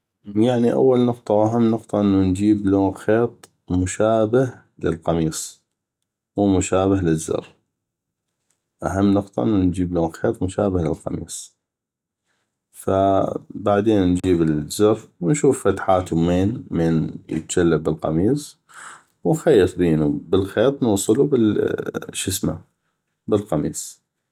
يعني اول نقطه واهم نقطه نجيب لو خيط مشابه للقميص مو مشابه للزر اهم نقطه انو نجيب لون خيط مشابه للقميص ف بعدين نجيب الزر ونشوف فتحاتو مين مين يتجلب بالقميص ونخيط بينو بالخيط نوصلو بالقميص